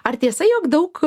ar tiesa jog daug